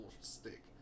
stick